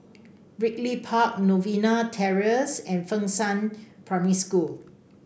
Ridley Park Novena Terrace and Fengshan Primary School